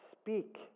speak